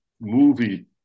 movie